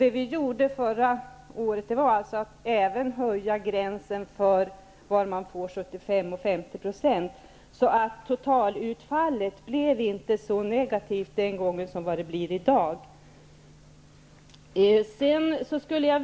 Det vi förra året gjorde var att även höja gränsen för vid vilken nivå man får 75 % resp. 50 %. Totaltutfallet blev alltså inte lika negativt den gången som det skulle bli i dag.